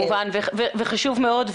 חשוב מאוד.